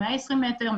120 מטרים,